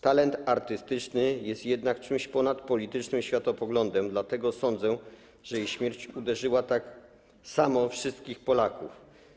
Talent artystyczny jest jednak czymś ponad politycznym światopoglądem, dlatego sądzę, że jej śmierć uderzyła tak samo wszystkich Polaków.